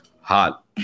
hot